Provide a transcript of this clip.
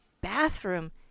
bathroom